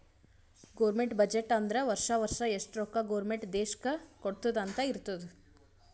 government budget ಅಂದುರ್ ವರ್ಷಾ ವರ್ಷಾ ಎಷ್ಟ ರೊಕ್ಕಾ ಗೌರ್ಮೆಂಟ್ ದೇಶ್ಕ್ ಕೊಡ್ತುದ್ ಅಂತ್ ಇರ್ತುದ್